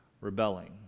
rebelling